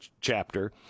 chapter